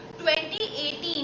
2018